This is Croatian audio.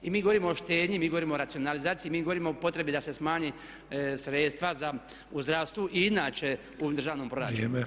I mi govorimo o štednji, mi govorimo o racionalizaciji, mi govorimo o potrebi da se smanje sredstva u zdravstvu i inače u državnom proračunu.